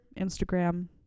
Instagram